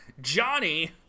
Johnny